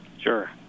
Sure